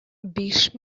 биш